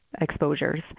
exposures